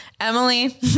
Emily